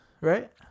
right